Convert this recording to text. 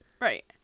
right